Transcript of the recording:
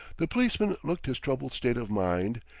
the policeman looked his troubled state of mind,